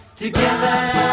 together